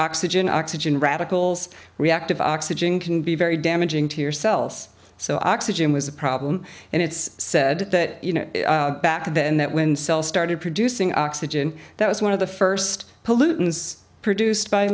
oxygen oxygen radicals reactive oxygen can be very damaging to your cells so oxygen was a problem and it's said that you know back then that when cells started producing oxygen that was one of the first pollutants produced by